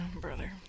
brother